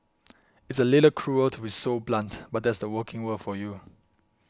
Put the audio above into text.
it's a little cruel to be so blunt but that's the working world for you